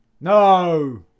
no